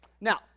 Now